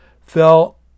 Fell